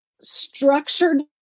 structured